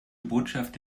botschaft